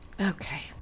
Okay